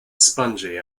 spongy